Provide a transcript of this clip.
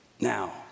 Now